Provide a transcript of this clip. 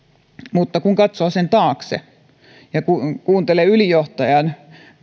mutta kun katsoo sen taakse ja kuuntelee valtiovarainministeriön ylijohtajan